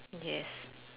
yes